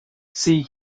see